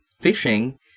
fishing